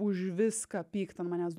už viską pykt ant manęs